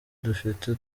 dufite